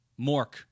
Mork